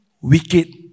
wicked